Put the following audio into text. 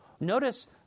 Notice